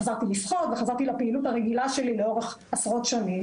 חזרתי לשחות וחזרתי לפעילות הרגילה שלי לאורך עשרות שנים